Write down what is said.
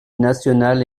national